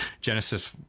Genesis